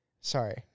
Sorry